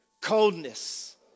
Coldness